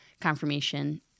confirmation